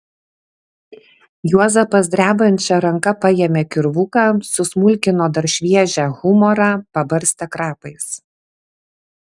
juozapas drebančia ranka paėmė kirvuką susmulkino dar šviežią humorą pabarstė krapais